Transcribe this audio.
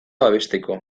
babesteko